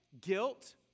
guilt